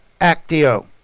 actio